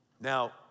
Now